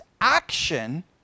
action